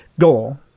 goal